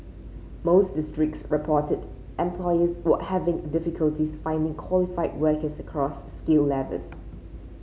most districts reported employers were having difficulties finding qualified workers across skill levels